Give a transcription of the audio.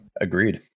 Agreed